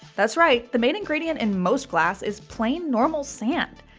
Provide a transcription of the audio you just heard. that's right. the main ingredient in most glass is plain, normal sand.